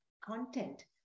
content